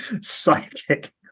Psychic